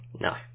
No